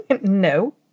No